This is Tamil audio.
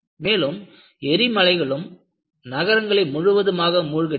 மேலும் எரிமலைகளும் நகரங்களை முழுவதுமாக மூழ்கடித்தன